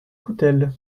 coutelle